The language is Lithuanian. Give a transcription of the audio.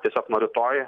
tiesiog nuo rytoj